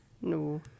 no